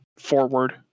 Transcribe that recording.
forward